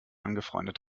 angefreundet